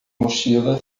mochila